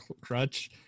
crutch